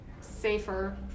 safer